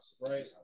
Right